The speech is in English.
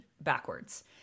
backwards